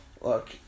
Look